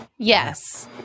Yes